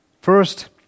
First